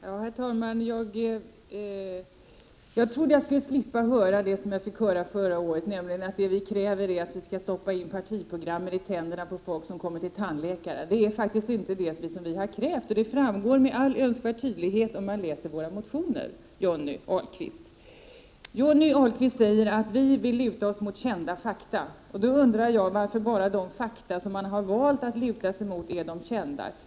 Herr talman! Jag trodde att jag skulle slippa höra det som jag fick höra förra året, nämligen att det vi kräver är att partiprogrammen skall stoppas ini tänderna på människor som kommer till tandläkaren. Det är faktiskt inte det vi har krävt. Det framgår med all önskvärd tydlighet om man läser våra motioner, Johnny Ahlqvist. Johnny Ahlqvist säger att utskottet vill luta sig mot kända fakta. Jag undrar då varför endast de fakta som utskottet valt att luta sig mot är kända.